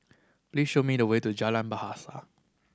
please show me the way to Jalan Bahasa